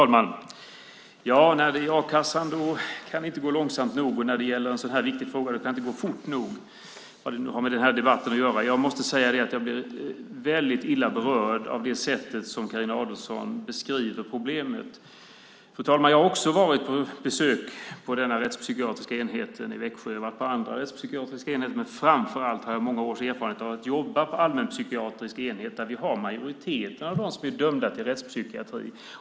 Fru talman! När det gäller a-kassan kan det inte gå långsamt nog, och när det gäller en så här viktig fråga kan det inte gå fort nog - vad det nu har med den här debatten att göra. Jag måste säga att jag blir väldigt illa berörd av det sätt på vilket Carina Adolfsson beskriver problemet. Fru talman! Jag har också varit på besök på den rättspsykiatriska enheten i Växjö. Jag har också varit på andra rättspsykiatriska enheter. Men framför allt har jag många års erfarenhet av att jobba på allmänpsykiatriska enheter, där vi har majoriteten av dem som är dömda till rättspsykiatri.